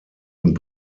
und